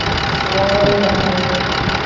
slowly bend the knees,